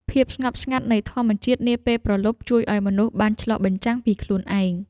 ភាពស្ងប់ស្ងាត់នៃធម្មជាតិនាពេលព្រលប់ ជួយឱ្យមនុស្សបានឆ្លុះបញ្ចាំងពីខ្លួនឯង។